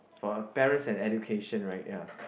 for a parents and education right ya